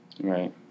Right